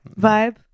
vibe